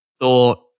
thought